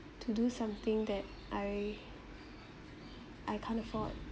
to do something that I I can't afford